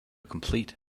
complete